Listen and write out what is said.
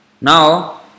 Now